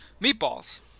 Meatballs